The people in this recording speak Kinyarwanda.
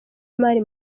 imari